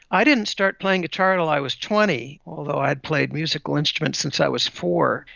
i didn't start playing guitar until i was twenty, although i had played musical instruments since i was four,